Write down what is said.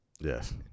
Yes